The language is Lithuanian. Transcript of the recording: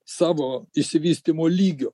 savo išsivystymo lygio